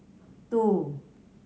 two